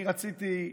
אני רציתי,